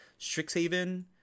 Strixhaven